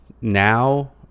Now